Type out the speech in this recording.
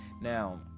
Now